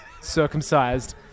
circumcised